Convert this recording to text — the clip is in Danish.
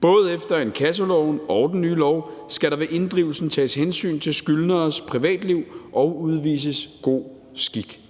Både efter inkassoloven og den nye lov skal der ved inddrivelsen tages hensyn til skyldneres privatliv og udvises god skik.